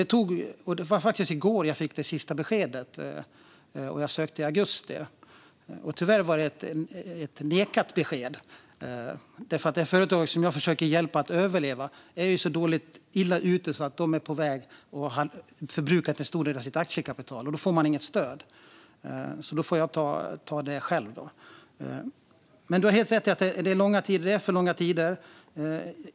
Det var faktiskt i går som jag fick det sista beskedet, och jag hade ansökt i augusti. Tyvärr var det ett nekande besked. Det företag som jag försöker hjälpa att överleva är så illa ute att de har förbrukat en stor del av sitt aktiekapital. Då får man inget stöd. Då får jag alltså ta den kostnaden själv. Lars Hjälmered har helt rätt i att det tar för lång tid.